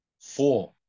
four